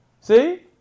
See